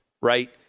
right